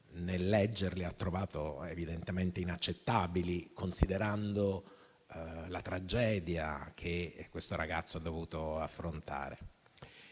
nel leggerle le avrà trovate evidentemente inaccettabili, considerando la tragedia che il ragazzo ha dovuto affrontare.